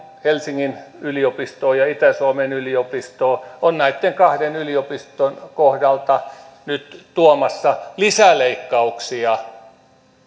helsingin yliopistoa ja itä suomen yliopistoa on näitten kahden yliopiston kohdalta nyt tuomassa lisäleikkauksia